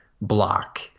block